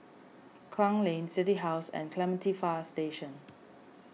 Klang Lane City House and Clementi Fire Station